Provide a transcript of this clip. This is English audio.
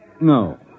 no